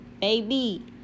Baby